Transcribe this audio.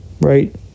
right